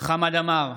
חמד עמאר,